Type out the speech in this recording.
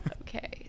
Okay